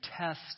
test